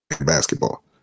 basketball